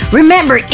remember